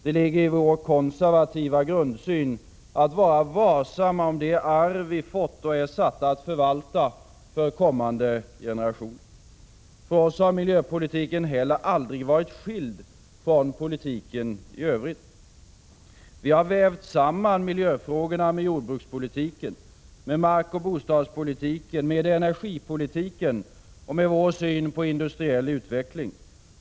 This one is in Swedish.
Det ligger i vår konservativa grundsyn att vara varsamma om det arv vi fått och är satta att förvalta för kommande generationer. För oss har miljöpolitiken heller aldrig varit skild från politiken i övrigt. Vi har vävt samman miljöfrågorna med jordbrukspolitiken, med markoch bostadspolitiken, med energipolitiken och med vår syn på industriell utveckling.